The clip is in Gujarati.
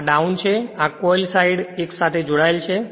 આ ડાઉન છે આ કોઇલ સાઈડ એક સાથે જોડાયેલ છે